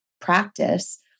practice